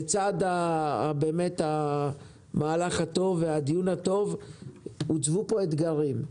לצד המהלך הטוב והדיון הטוב הוצבו פה אתגרים.